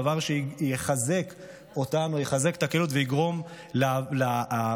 דבר שיחזק את הקהילות ויגרום